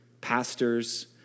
pastors